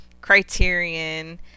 Criterion